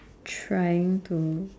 trying to